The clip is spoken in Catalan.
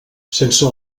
sense